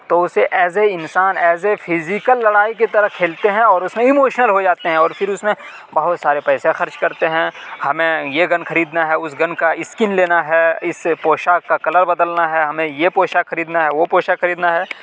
تو اسے as a انسان ایز اے فیزیکل لڑائی کی طرح کھیلتے ہیں اور اس میں بھی ایموشنل ہو جاتے ہیں اور پھر اس میں بہت سارا پیسہ خرچ کرتے ہیں ہمیں یہ گن خریدنا ہے اس گن کا اسکن لینا ہے اس پوشاک کا کلر بدلنا ہے ہمیں یہ پوشاک خریدنا ہے وہ پوشاک خریدنا ہے